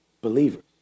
believers